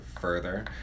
further